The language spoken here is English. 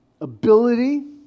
ability